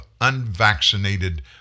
unvaccinated